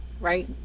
right